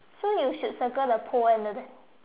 so you should circle the pool one and the the